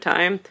Time